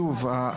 שוב,